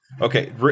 Okay